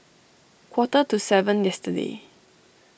quarter to seven yesterday